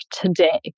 today